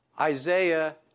Isaiah